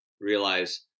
realize